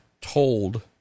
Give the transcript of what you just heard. told